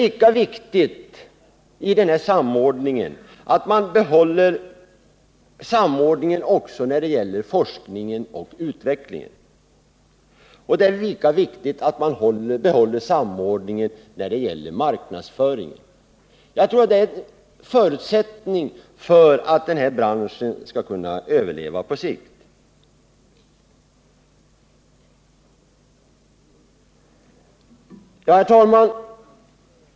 Lika viktigt är att man behåller samordningen när det gäller forskningen och utvecklingen. Och lika viktigt är det att också behålla samordningen beträffande marknadsföringen. Jag tror att dette ären förutsättning för att den här branschen på sikt skall kunna överleva. Herr talman!